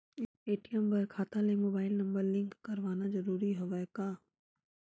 ATM बर खाता ले मुबाइल नम्बर लिंक करवाना ज़रूरी हवय का?